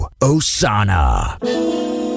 Osana